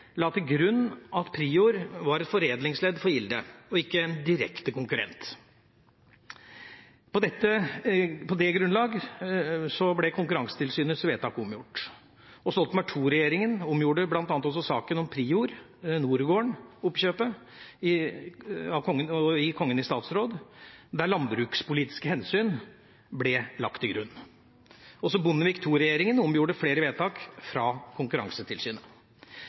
la til grunn at Prior var et foredlingsledd for Gilde og ikke en direkte konkurrent. På det grunnlag ble Konkurransetilsynets vedtak omgjort. Stoltenberg II-regjeringa omgjorde også saken om Prior-Nordgården-oppkjøpet i Kongen i statsråd, der landbrukspolitiske hensyn ble lagt til grunn. Også Bondevik II-regjeringa omgjorde flere vedtak fra Konkurransetilsynet.